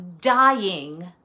dying